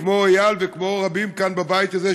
כמו איל וכמו רבים כאן בבית הזה,